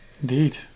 Indeed